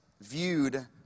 viewed